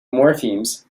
morphemes